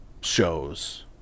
shows